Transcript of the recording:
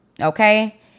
Okay